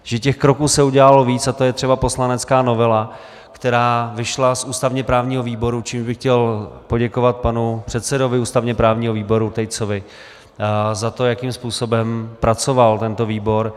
Že těch kroků se udělalo víc, a to je třeba poslanecká novela, která vyšla z ústavněprávního výboru, čímž bych chtěl poděkovat panu předsedovi ústavněprávního výboru Tejcovi za to, jakým způsobem pracoval tento výbor.